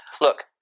Look